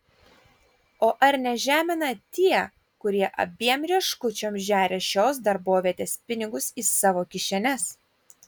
o ar nežemina tie kurie abiem rieškučiom žeria šios darbovietės pinigus į savo kišenes